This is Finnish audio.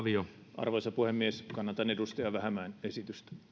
arvoisa puhemies kannatan edustaja vähämäen esitystä